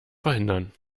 verhindern